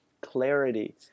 clarity